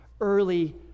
early